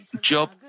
Job